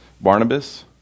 Barnabas